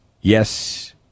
Yes